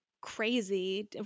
crazy